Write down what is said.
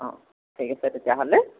অঁ ঠিক আছে তেতিয়াহ'লে